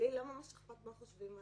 לי לא ממש אכפת מה חושבים עליי.